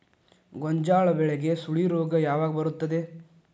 ಗೋಂಜಾಳ ಬೆಳೆಗೆ ಸುಳಿ ರೋಗ ಯಾವಾಗ ಬರುತ್ತದೆ?